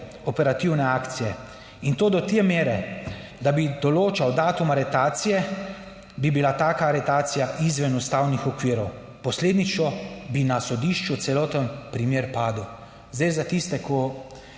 operativne akcije, in to do te mere, da bi določal datum aretacije, bi bila taka aretacija izven ustavnih okvirov, posledično bi na sodišču celoten primer padel. Zdaj za tiste, ki